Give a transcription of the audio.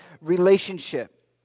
relationship